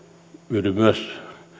yhdyn myös